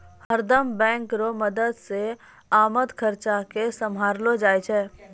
हरदम बैंक रो मदद से आमद खर्चा के सम्हारलो जाय छै